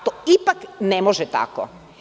To ipak ne može tako.